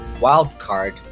wildcard